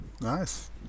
Nice